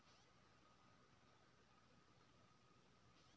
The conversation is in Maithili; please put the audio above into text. की पशुओं के रोग मनुष्य के संक्रमित होय सकते है?